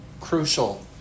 Crucial